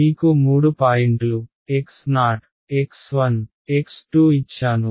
మీకు మూడు పాయింట్లు xox1 x2 ఇచ్చాను